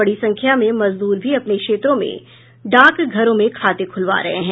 बड़ी संख्या में मजदूर भी अपने क्षेत्रों में डाक घरों में खाते खुलवा रहे हैं